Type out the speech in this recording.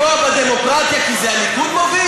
אז אפשר לפגוע בדמוקרטיה כי זה הליכוד מוביל?